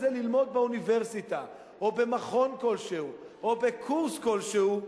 באוניברסיטה או במכון כלשהו או בקורס כלשהו,